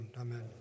amen